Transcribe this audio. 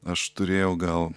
aš turėjau gal